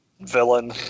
Villain